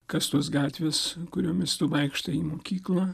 kas tos gatvės kuriomis tu vaikštai į mokyklą